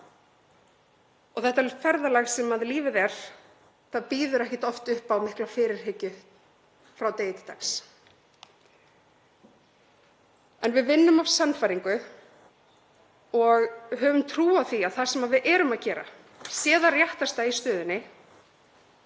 Þetta ferðalag sem lífið er býður ekkert oft upp á mikla fyrirhyggju frá degi til dags. En við vinnum af sannfæringu og höfum trú á því að það sem við erum að gera sé það rétta í stöðunni.